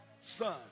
Son